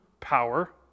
power